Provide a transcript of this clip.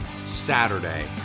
Saturday